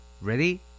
Ready